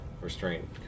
Restraint